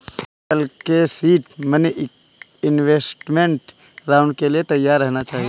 हमें कल के सीड मनी इन्वेस्टमेंट राउंड के लिए तैयार रहना चाहिए